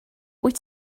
wyt